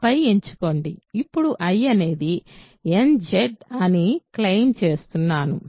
ఆపై ఎంచుకోండి ఇప్పుడు I అనేది nZ అని క్లెయిమ్ చేస్తున్నాను